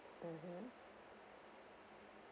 mmhmm